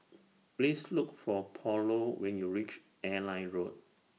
Please Look For Paulo when YOU REACH Airline Road